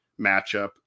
matchup